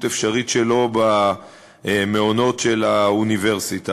אפשרית שלו במעונות של האוניברסיטה.